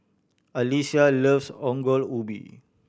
Alysia loves Ongol Ubi